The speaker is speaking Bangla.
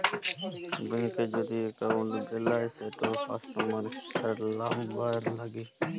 ব্যাংকে যদি এক্কাউল্ট বেলায় সেটর কাস্টমার কেয়ার লামবার ল্যাগে